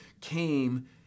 came